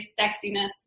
sexiness